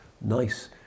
nice